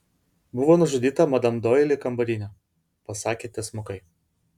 buvo nužudyta madam doili kambarinė pasakė tiesmukai